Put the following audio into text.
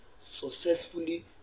successfully